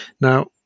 Now